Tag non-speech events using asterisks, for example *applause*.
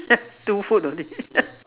*laughs* two food only *laughs*